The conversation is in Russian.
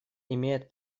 имеет